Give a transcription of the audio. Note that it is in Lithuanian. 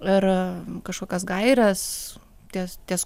ir kažkokias gaires ties ties